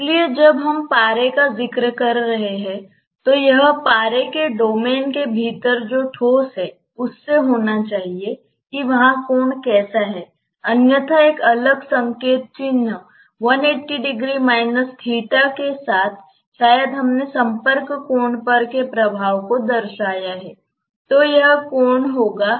इसलिए जब हम पारे का जिक्र कर रहे हैं तो यह पारा डोमेन के भीतर ठोस से होना चाहिए कि कोण कैसा है अन्यथा एक अलग संकेत चिन्ह के साथ शायद हमने संपर्क कोण पर प्रभाव के बराबर प्रतिनिधित्व के रूप में भी लिया